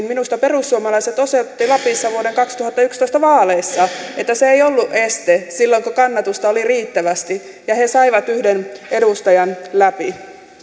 minusta perussuomalaiset osoittivat lapissa vuoden kaksituhattayksitoista vaaleissa että tämä piilevä äänikynnys ei ollut este silloin kun kannatusta oli riittävästi ja he saivat yhden edustajan läpi